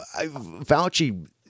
Fauci